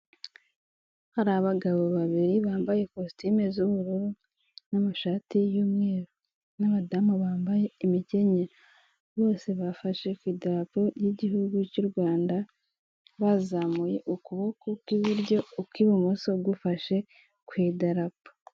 Hari abagabo babiri bambaye kositime z'ubururu n'amashati y'umweru n'abadamu bambaye imikenyero. Bose bafashe ku idarapo ry'igihugu cy'u Rwanda bazamuye ukuboko kw'iburyo ukwi bumoso gufashe ku idarapo.